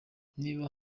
niba